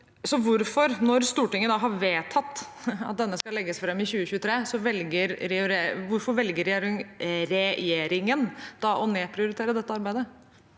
Når Stortinget har vedtatt at denne skal legges fram i 2023, hvorfor velger regjeringen da å nedprioritere dette arbeidet?